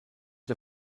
der